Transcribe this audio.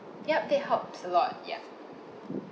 yup that helps a lot ya